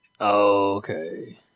Okay